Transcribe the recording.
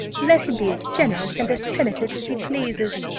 let him be as generous and as penitent as he pleases,